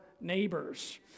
neighbors